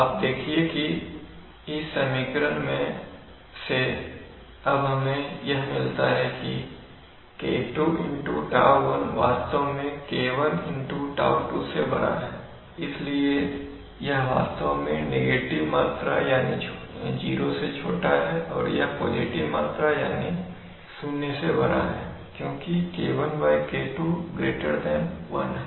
आप देखिए इस समीकरण से अब हमें यह मिलता है कि K2τ1 वास्तव में K1τ2 से बड़ा है इसलिए यह वास्तव में नेगेटिव मात्रा यानी 0 से छोटा है और यह एक पॉजिटिव मात्रा यानी 0 से बड़ा है क्योंकि K1K2 1 है